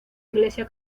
iglesia